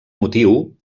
motiu